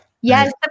Yes